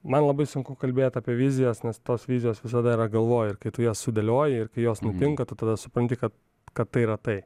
man labai sunku kalbėt apie vizijas nes tos vizijos visada yra galvoj ir kai tu jas sudėlioji ir kai jos nutinka tu tada supranti kad kad tai yra tai